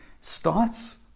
starts